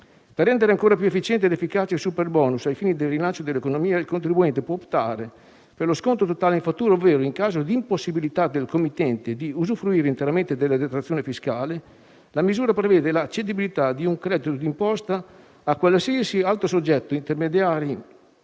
per rendere ancora più efficiente ed efficace il "*superbonus*", ai fini del rilancio dell'economia, il contribuente può optare per lo sconto totale in fattura ovvero, in caso di impossibilità del committente di usufruire interamente della detrazione fiscale, la misura prevede la cedibilità di un credito di imposta di pari importo a qualsiasi altro soggetto, intermediari